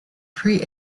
free